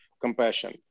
compassion